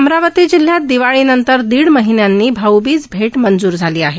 अमरावती जिल्ह्यात दिवाळीनंतर दीड महिन्यांनी भाऊबीज भेट मंजूर झाली आहे